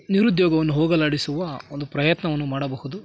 ನಿರುದ್ಯೋಗವನ್ನು ಹೋಗಲಾಡಿಸುವ ಒಂದು ಪ್ರಯತ್ನವನ್ನು ಮಾಡಬಹುದು